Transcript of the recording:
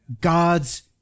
God's